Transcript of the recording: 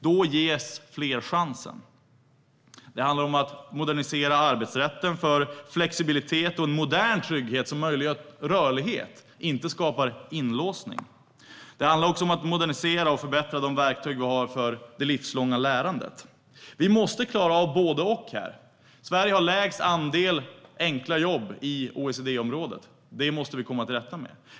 Då ges fler chansen. Det handlar om att modernisera arbetsrätten för flexibilitet och en modern trygghet som möjliggör rörlighet, inte skapar inlåsning. Det handlar också om att modernisera och förbättra de verktyg som finns för det livslånga lärandet. Vi måste klara av både och. Sverige har lägst andel enkla jobb i OECD-området. Det måste vi komma till rätta med.